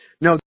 No